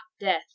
death